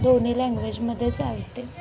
दोन्ही लँग्वेजमध्येच आहे ते